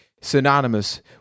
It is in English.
synonymous